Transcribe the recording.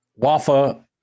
Wafa